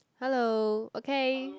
hello okay